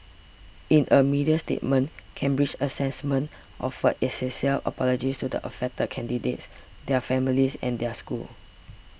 in a media statement Cambridge Assessment offered its sincere apologies to the affected candidates their families and their schools